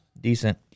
decent